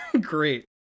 Great